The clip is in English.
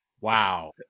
Wow